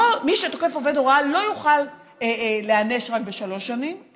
מי שתוקף עובד הוראה לא יוכל להיענש רק בשלוש שנים,